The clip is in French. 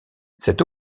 cette